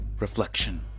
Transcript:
reflection